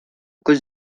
cause